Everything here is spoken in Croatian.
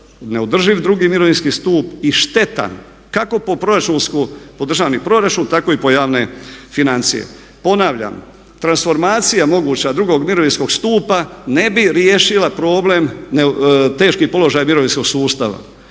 neodrživ drugi mirovinski stup i šteta kako po proračunskom, po državni proračun tako i po javne financije. Ponavljam transformacija moguća drugog mirovinskog stupa ne bi riješila problem teških položaj mirovinskog sustava.